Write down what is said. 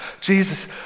Jesus